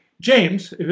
James